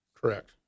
correct